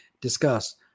discuss